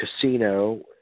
casino